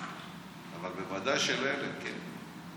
אבל בוודאי של אלה כן,